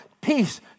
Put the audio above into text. Peace